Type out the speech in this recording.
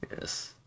Yes